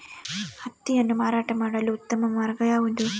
ಹತ್ತಿಯನ್ನು ಮಾರಾಟ ಮಾಡಲು ಉತ್ತಮ ಮಾರ್ಗ ಯಾವುದು?